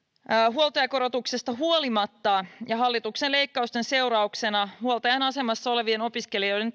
huoltajakorotuksesta huolimatta hallituksen leikkausten seurauksena huoltajan asemassa olevien opiskelijoiden